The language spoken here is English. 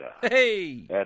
Hey